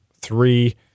three